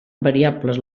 variables